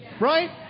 Right